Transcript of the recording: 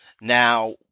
Now